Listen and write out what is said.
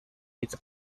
his